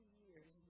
years